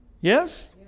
Yes